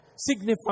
Signify